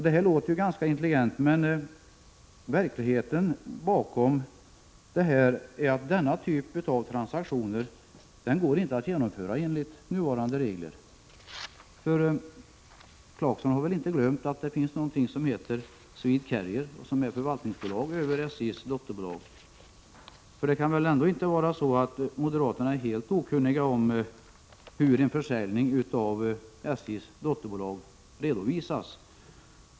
Det här låter ju ganska intelligent, men i verkligheten går det inte att genomföra denna typ av transaktioner enligt nuvarande regler. Clarkson har väl inte glömt att det finns någonting som heter SwedeCarrier och som är förvaltningsbolag för SJ:s dotterbolag. Det kan ändå inte vara så att moderaterna är helt okunniga om hur en försäljning av SJ:s dotterbolag redovisas.